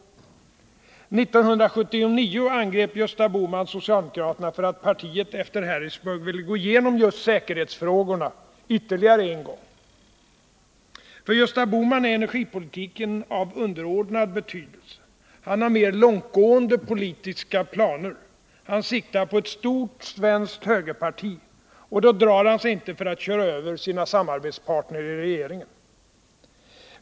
1979 angrep Gösta Bohman socialdemokraterna för att partiet efter Harrisburg ville gå igenom just säkerhetsfrågorna ytterligare en gång. För Gösta Bohman är energipolitiken av underordnad betydelse. Han har mer långtgående politiska planer. Han siktar på ett stort svenskt högerparti, och då drar han sig inte för att köra över sina samarbetspartner i regeringen.